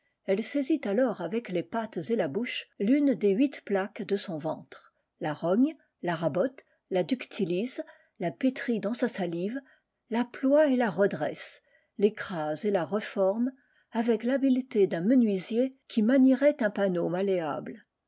elle saisit alors avec les pattes et la bouche l'une des huit plaques de son ventre la rogne la rabote la ductilise la pétrit dans sa salive la ploie et la redresse l'écrase et la reforme avec l'habileté d'un menuisier qui manierait un panneau malléable